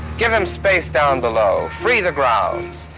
give them space down below, free the grounds.